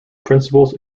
principles